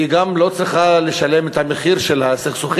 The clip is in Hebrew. היא גם לא צריכה לשלם את המחיר של הסכסוכים.